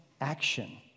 Action